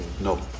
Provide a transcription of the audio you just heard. No